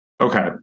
Okay